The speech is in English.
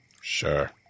Sure